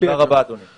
תודה רבה, אדוני.